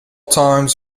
times